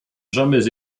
jamais